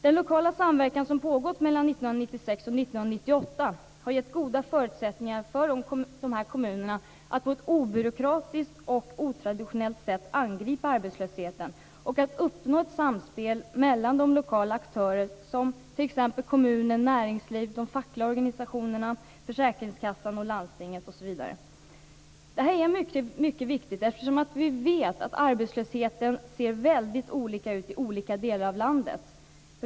Den lokala samverkan som har pågått mellan 1996 och 1998 har gett goda förutsättningar för kommunerna att på ett obyråkratiskt och otraditionellt sätt angripa arbetslösheten och att uppnå ett samspel mellan de lokala aktörerna, som t.ex. kommunen, näringslivet, de fackliga organisationerna, försäkringskassan, landstinget osv. Detta är viktigt. Vi vet att arbetslösheten ser olika ut i olika delar av landet.